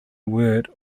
word